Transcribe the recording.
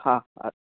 हा हा